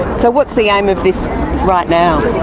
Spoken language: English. so what's the aim of this right now?